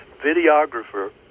videographer